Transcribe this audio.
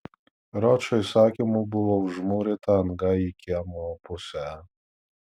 ročo įsakymu buvo užmūryta anga į kiemo pusę